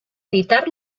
editar